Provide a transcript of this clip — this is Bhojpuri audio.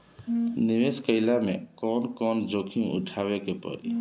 निवेस कईला मे कउन कउन जोखिम उठावे के परि?